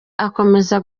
akomeza